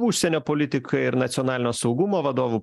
užsienio politikai ir nacionalinio saugumo vadovu